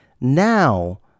Now